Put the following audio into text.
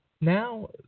now